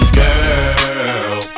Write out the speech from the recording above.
girl